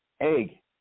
egg